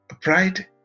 pride